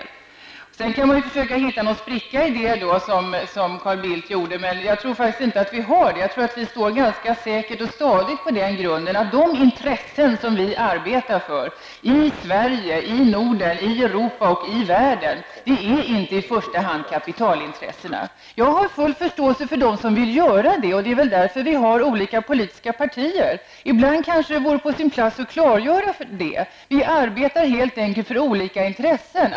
Sedan kan man försöka hitta en spricka i partiet, som Carl Bildt gjorde, men jag tror faktiskt inte att någon sådan finns. Jag tror att vi står ganska säkert och stadigt. De intressen som vi arbetar för i Sverige, i Norden, i Europa och i världen är inte i första hand kapitalets intressen. Jag har full förståelse för dem som vill göra det. Det är väl därför som vi har olika politiska partier. Ibland vore det på sin plats att klargöra detta. Vi arbetar helt enkelt för olika intressen.